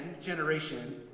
Generation